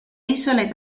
isole